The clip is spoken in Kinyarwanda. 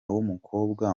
w’umukobwa